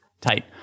Tight